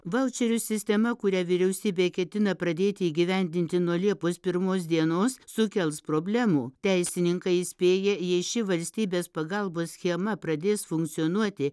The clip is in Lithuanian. vaučerių sistema kurią vyriausybė ketina pradėti įgyendinti nuo liepos pirmos dienos sukels problemų teisininkai įspėja jei ši valstybės pagalbos schema pradės funkcionuoti